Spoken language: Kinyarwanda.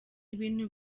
ibintu